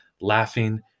laughing